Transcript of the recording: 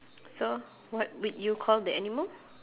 so what would you call the animal